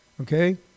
Okay